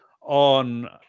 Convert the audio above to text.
on